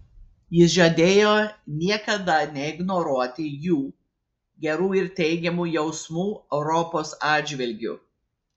jis žadėjo niekada neignoruoti jų gerų ir teigiamų jausmų europos atžvilgiu